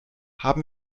haben